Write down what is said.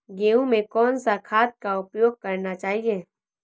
गेहूँ में कौन सा खाद का उपयोग करना चाहिए?